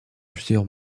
plusieurs